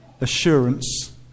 assurance